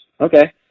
Okay